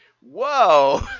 whoa